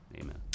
amen